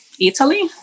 Italy